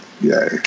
yay